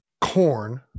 Corn